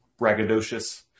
braggadocious